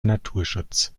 naturschutz